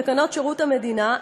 תקנות שירות המדינה,